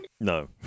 No